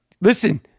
listen